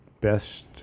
best